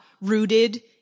rooted